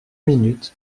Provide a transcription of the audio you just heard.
minutes